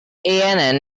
ann